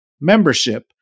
Membership